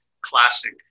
classic